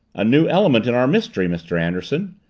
a new element in our mystery, mr. anderson,